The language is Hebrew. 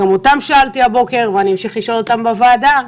גם אותם שאלתי הבוקר ואני אמשיך לשאול אותם בוועדה,